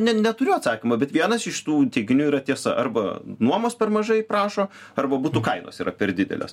ne neturiu atsakymo bet vienas iš tų teiginių yra tiesa arba nuomos per mažai prašo arba butų kainos yra per didelės